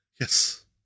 Yes